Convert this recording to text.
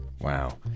Wow